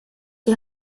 die